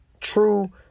true